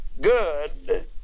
good